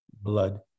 blood